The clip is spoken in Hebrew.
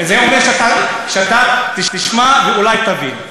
זה אומר שאתה תשמע ואולי תבין.